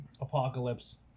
Apocalypse